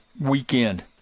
weekend